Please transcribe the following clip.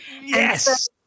Yes